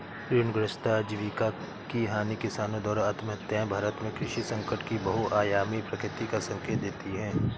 ऋणग्रस्तता आजीविका की हानि किसानों द्वारा आत्महत्याएं भारत में कृषि संकट की बहुआयामी प्रकृति का संकेत देती है